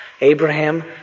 Abraham